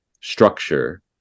structure